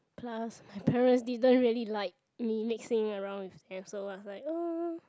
plus my parents didn't really like me mixing around with them so I was like